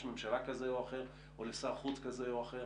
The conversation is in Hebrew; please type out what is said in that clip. ממשלה כזה או אחר או לשר חוץ כזה או אחר,